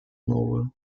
новую